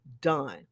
done